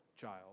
child